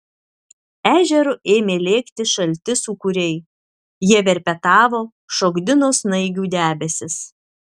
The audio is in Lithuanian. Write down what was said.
ežeru ėmė lėkti šalti sūkuriai jie verpetavo šokdino snaigių debesis